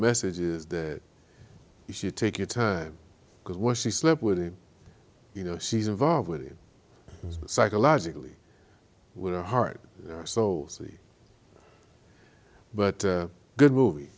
messages the you should take your time because when she slept with him you know she's involved with it psychologically with her heart saucy but good movie